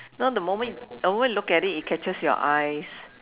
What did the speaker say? no the moment the moment you look at it it catches your eyes